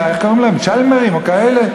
ירושלמים, איך קוראים להם, צ'למרים, או כאלה?